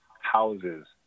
houses